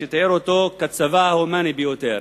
שהוא תיאר אותו כצבא ההומני ביותר.